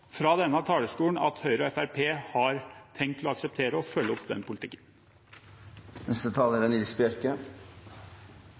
fra denne talerstolen at Høyre og Fremskrittspartiet har tenkt å akseptere og følge opp den